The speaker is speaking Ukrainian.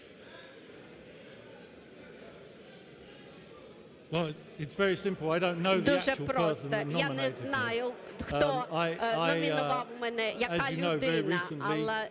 Дуже просто, я не знаю, хто номінував мене, яка людина.